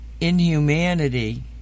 inhumanity